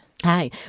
Hi